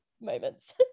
moments